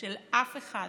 של אף אחד,